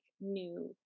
new